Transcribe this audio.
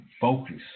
focus